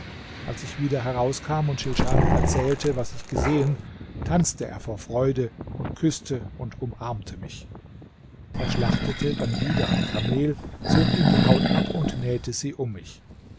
als ich wieder herauskam und schilschanum erzählte was ich gesehen tanzte er vor freude und küßte und umarmte mich er schlachtete dann wieder ein kamel zog ihm die haut ab und nähte sie um mich